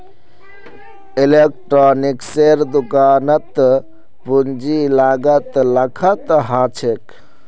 इलेक्ट्रॉनिक्सेर दुकानत पूंजीर लागत लाखत ह छेक